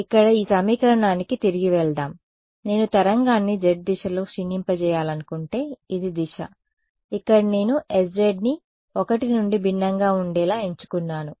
కాబట్టి ఇక్కడ ఈ సమీకరణానికి తిరిగి వెళ్దాం నేను తరంగాన్ని z దిశలోక్షీణింపజేయాలనుకుంటే ఇది దిశ ఇక్కడ నేను sz ని 1 నుండి భిన్నంగా ఉండేలా ఎంచుకున్నాను